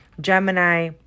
Gemini